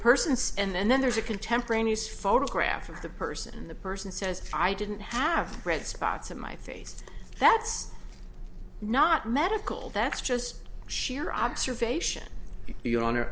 person and then there's a contemporaneous photograph of the person the person says i didn't have red spots on my face that's not medical that's just sheer observation your hon